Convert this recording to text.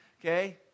okay